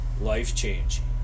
life-changing